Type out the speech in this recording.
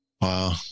Wow